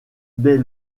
dès